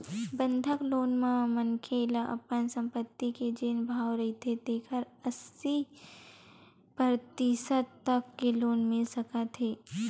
बंधक लोन म मनखे ल अपन संपत्ति के जेन भाव रहिथे तेखर अस्सी परतिसत तक के लोन मिल सकत हे